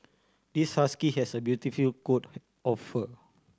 this husky has a beautiful coat of fur